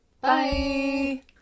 Bye